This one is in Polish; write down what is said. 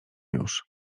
już